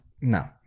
No